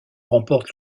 remporte